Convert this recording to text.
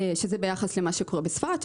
וזה ביחס למה שקורה בספרד.